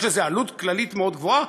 יש לזה עלות כללית מאוד גבוהה,